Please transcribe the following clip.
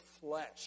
flesh